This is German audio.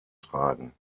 tragen